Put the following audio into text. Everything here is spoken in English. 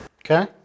Okay